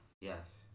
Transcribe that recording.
Yes